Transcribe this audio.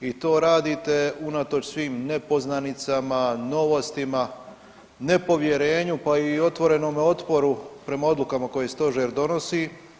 I to radite unatoč svim nepoznanicama, novostima, nepovjerenju pa i otvorenom otporu prema odlukama koje Stožer donosi.